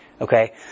Okay